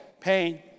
pain